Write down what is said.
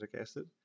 acid